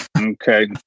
Okay